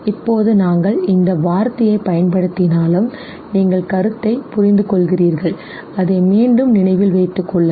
இப்போது நாங்கள் இந்த வார்த்தையைப் பயன்படுத்தினாலும் நீங்கள் கருத்தை புரிந்துகொள்கிறீர்கள் அதை மீண்டும் நினைவில் வைத்துக் கொள்ளுங்கள்